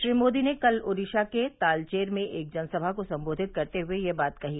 श्री मोदी ने कल ओडिसा के तालचेर में एक जनसभा को संबोधित करते हुए यह बात कही